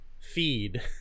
feed